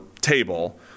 table